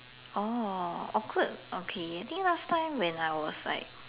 orh awkward okay I think last time when I was like